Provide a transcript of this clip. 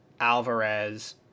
Alvarez